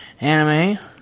anime